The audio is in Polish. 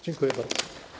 Dziękuję bardzo.